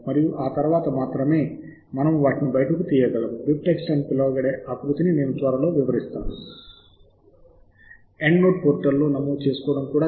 మీరు ఈ ఫీల్దులు అన్నింటినీ పూరించాలి సహజంగానే మీరు లైసెన్స్ నిబంధనలు అంగీకరిస్తారని భావిస్తున్నారు ఆపై వివరాలు నమోదు చేయండి